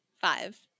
Five